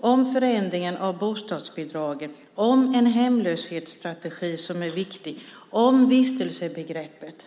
om förändringen av bostadsbidragen, om en hemlöshetsstrategi som är viktig och om vistelsebegreppet.